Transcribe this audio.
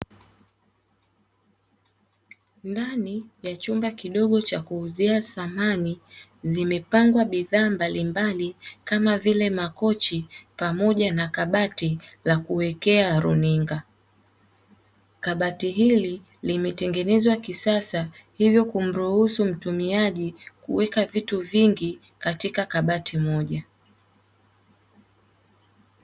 Ndani ya chumba kidogo cha kuuzia samani, zimepangwa bidhaa mbalimbali kama vile makochi pamoja na kabati la kuwekea runinga, kabati hili limetengenezwa kisasa hivyo kumruhusu mtumiaji kuweka vitu vingi katika kabati moja.